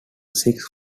sixth